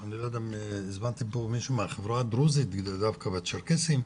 הזמנתי לפה מישהו מהחברה הדרוזית ודווקא בצ'רקסים,